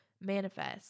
manifest